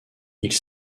ils